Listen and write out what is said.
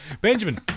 Benjamin